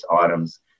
items